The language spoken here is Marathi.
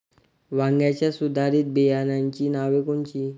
वांग्याच्या सुधारित बियाणांची नावे कोनची?